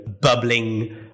bubbling